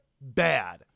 bad